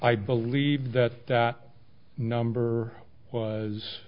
i believe that that number was